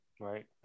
Right